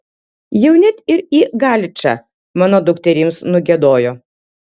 jau net ir į galičą mano dukterims nugiedojo